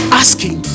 asking